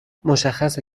مشخصه